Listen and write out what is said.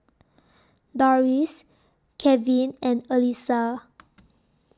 Doris Kevin and Elyssa